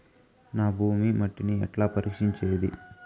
నా భూమి మట్టిని నేను ఎట్లా పరీక్షించేది?